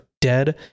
Dead